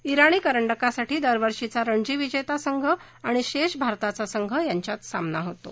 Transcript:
इराणी करंडकासाठी दरवर्षीचा रणजी विजेता संघ आणि शेष भारताचा संघ यांच्यात सामना होतो